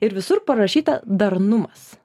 ir visur parašyta darnumas